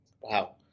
Wow